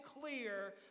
clear